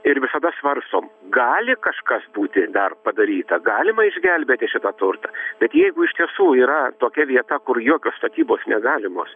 ir visada svarstom gali kažkas būti dar padaryta galima išgelbėti šitą turtą bet jeigu iš tiesų yra tokia vieta kur jokios statybos negalimos